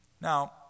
Now